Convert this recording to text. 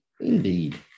Indeed